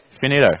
Finito